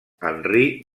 henry